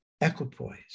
equipoise